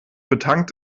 betankt